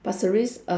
pasir ris uh